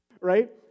right